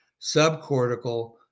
subcortical